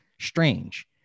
strange